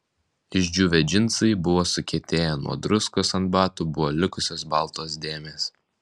išdžiūvę džinsai buvo sukietėję nuo druskos ant batų buvo likusios baltos dėmės